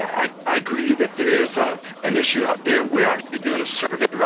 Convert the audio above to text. i agree that there is ah an issue out there. we're actually doing sort of a